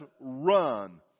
run